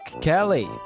Kelly